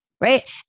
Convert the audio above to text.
right